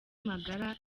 magara